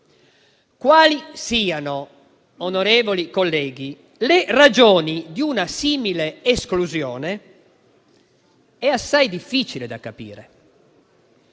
Quali siano, onorevoli colleghi, le ragioni di una simile esclusione è assai difficile da capire.